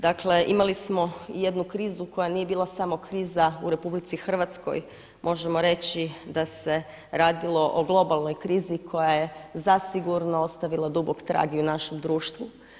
Dakle imali smo jednu krizu koja nije bila samo kriza u RH, možemo reći da se radilo o globalnoj krizi koja je zasigurno ostavila i dubok trag i u našem društvu.